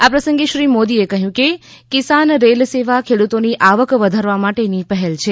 આ પ્રસંગે શ્રી મોદીએ કહ્યું કે કિસાન રેલ સેવા ખેડૂતોની આવક વધારવા માટેની પહેલ છે